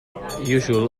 unusual